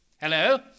Hello